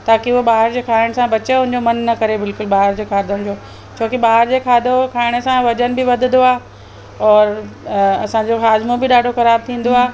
ताकि उहो ॿाहिरि जे खाइण सां बचे उन जो मन न करे बिल्कुलु ॿाहिरि जे खाधे जो छोकि ॿाहिरि जो खाधो खाइण सां वजन बि वधंदो आहे और असांजो हाज़मो बि ॾाढो ख़राबु थींदो आहे